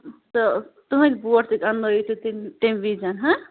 تہٕ تٕہٕنٛز بوٹ تہٕ اَنٛنٲیِو تہٕ تٔمۍ ویٖزٮ۪ن ہَہ